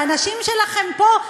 שהאנשים שלכם פה,